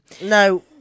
No